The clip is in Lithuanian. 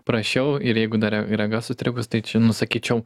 prasčiau ir jeigu dar re rega sutrikus tai čia nu sakyčiau